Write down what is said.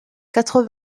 quatre